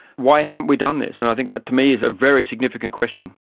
why haven't we done this? and i think that to me is a very significant question.